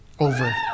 over